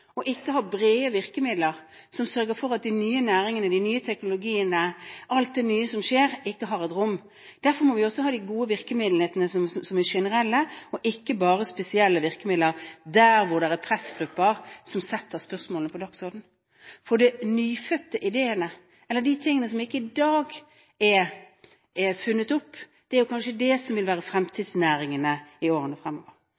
ikke har brede virkemidler som sørger for at de nye næringene, de nye teknologiene og alt det nye som skjer, ikke har et rom. Derfor må vi også ha gode generelle virkemidler, og ikke bare spesielle virkemidler der det er pressgrupper som setter spørsmålene på dagsordenen. For det er de nyfødte ideene, eller de tingene som ikke i dag er funnet opp, som kanskje vil være fremtidsnæringene i årene fremover. Så vet jo jeg som